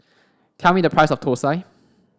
tell me the price of Thosai